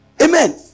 Amen